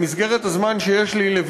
במסגרת הזמן שיש לי,